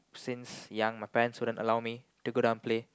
since young my parents wouldn't allow me to go down and play